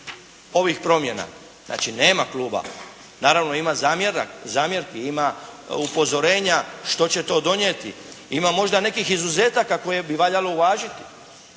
ovih promjena. Znači nema kluba. Naravno ima zamjerki, ima upozorenja što će to donijeti, ima možda nekih izuzetaka koje bi valjalo uvažiti.